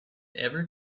ever